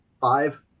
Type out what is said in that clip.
five